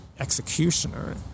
Executioner